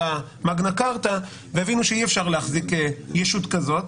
ה"מגנה כרטה" והבינו שאי-אפשר להחזיק ישות כזאת.